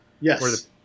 Yes